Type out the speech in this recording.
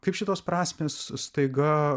kaip šitos prasmės staiga